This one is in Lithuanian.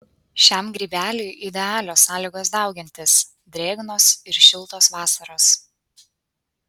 šiam grybeliui idealios sąlygos daugintis drėgnos ir šiltos vasaros